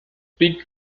speak